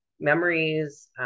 memories